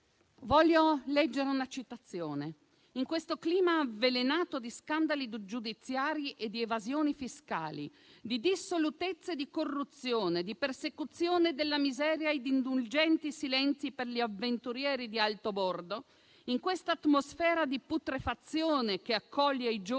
Voglio leggere una citazione: «In questo clima avvelenato di scandali giudiziari e di evasioni fiscali, di dissolutezze e di corruzione, di persecuzione della miseria ed indulgenti silenzi per gli avventurieri di alto bordo, in quest'atmosfera di putrefazione, che accoglie i giovani